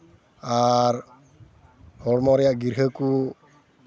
ᱟᱨ ᱦᱚᱲᱢᱚ ᱨᱮᱭᱟᱜ ᱜᱨᱤᱦᱚᱸ ᱠᱚ